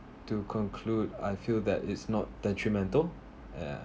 to conclude I feel that is not detrimental and